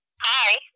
Hi